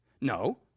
No